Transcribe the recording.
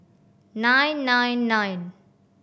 nine nine nine